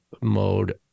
mode